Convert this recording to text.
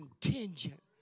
contingent